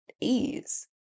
ease